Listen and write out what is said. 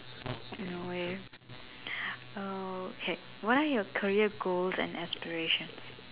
in a way okay what are your career goals and aspirations